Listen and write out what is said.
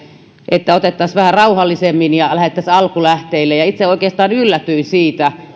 että otettaisiin vähän rauhallisemmin ja lähdettäisiin alkulähteille itse oikeastaan yllätyin siitä